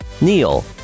Neil